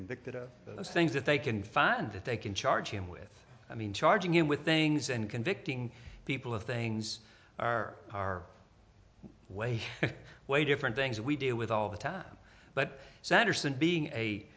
convicted of those things that they can find that they can charge him with i mean charging him with things and convicting people of things are are way way different things we deal with all the time but